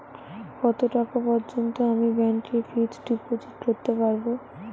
কত টাকা পর্যন্ত আমি ব্যাংক এ ফিক্সড ডিপোজিট করতে পারবো?